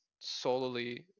solely